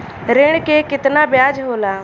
ऋण के कितना ब्याज होला?